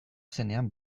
zenean